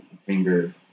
finger